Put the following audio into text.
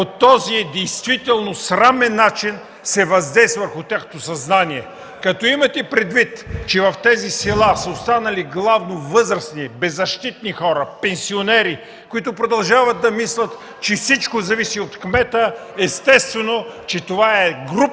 по този действително странен начин, се въздейства върху тяхното съзнание. Като имате предвид, че в тези села са останали главно възрастни беззащитни хора, пенсионери, които продължават да мислят, че всичко зависи от кмета, естествено, че това е груб натиск